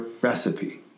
recipe